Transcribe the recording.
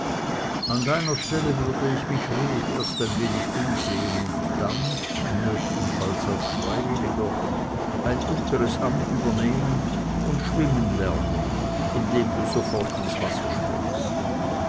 an deiner stelle würde ich mich ruhig erst ein wenig umsehen und dann nötigenfalls als freiwilliger ein unteres amt übernehmen und schwimmen lernen indem du sofort ins wasser springst